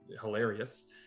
hilarious